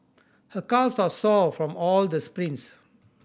her calves are sore from all the sprints